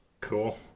Cool